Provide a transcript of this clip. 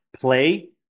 play